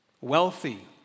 wealthy